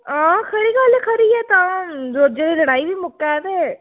हां खरी गल्ल खरी ऐ तां रोजै दी लड़ाई गै मुक्कै ते